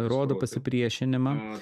rodo pasipriešinimą